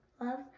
love